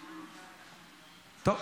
טוב,